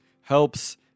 helps